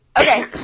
Okay